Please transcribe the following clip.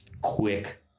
quick